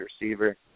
receiver